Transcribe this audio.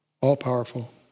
all-powerful